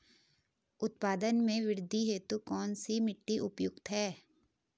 उत्पादन में वृद्धि हेतु कौन सी मिट्टी उपयुक्त है?